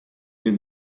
les